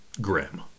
grim